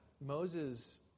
Moses